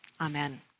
Amen